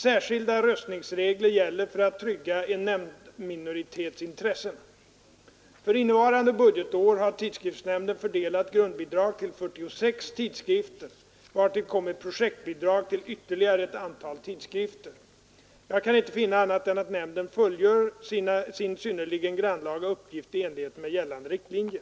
Särskilda röstningsregler gäller för att trygga en nämndminoritets intressen. För innevarande budgetår har tidskriftsnämnden fördelat grundbidrag till 46 tidskrifter, vartill kommer projektbidrag till ytterligare ett antal tidskrifter. Jag kan inte finna annat än att nämnden fullgör sin synnerligen grannlaga uppgift i enlighet med gällande riktlinjer.